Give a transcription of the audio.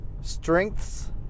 strengths